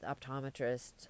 optometrist